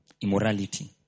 Immorality